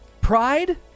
pride